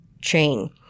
chain